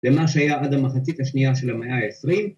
‫למה שהיה עד המחצית השנייה ‫של המאה ה-20.